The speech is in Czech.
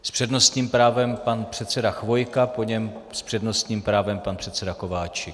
S přednostním právem pan předseda Chvojka, po něm s přednostním právem pan předseda Kováčik.